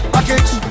Package